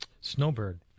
snowbird